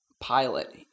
pilot